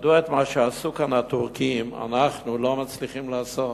מדוע את מה שעשו כאן הטורקים אנחנו לא מצליחים לעשות?